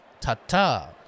Tata